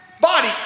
body